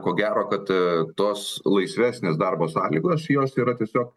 ko gero kad tos laisvesnės darbo sąlygos jos yra tiesiog